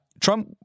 Trump